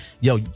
Yo